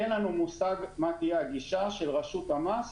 אין לנו מושג מה תהיה הגישה של רשות המס